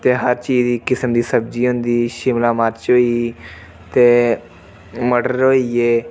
ते हर चीज़ दी किसम दी सब्जी होंदी शिमला मरच होई गेई ते मटर होई गे